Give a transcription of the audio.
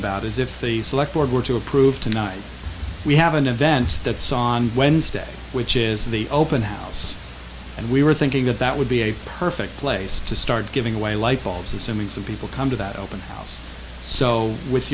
about is if the select ward were to approve tonight we have an event that saw on wednesday which is the open house and we were thinking that that would be a perfect place to start giving away light bulbs as a means of people come to that open house so with